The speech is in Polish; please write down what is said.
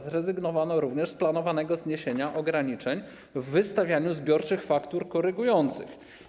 Zrezygnowano również z planowanego zniesienia ograniczeń w wystawianiu zbiorczych faktur korygujących.